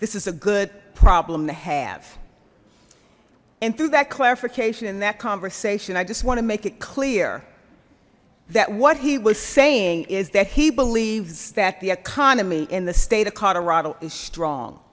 this is a good problem to have and through that clarification in that conversation i just want to make it clear that what he was saying is that he believes that the economy in the state of colorado is strong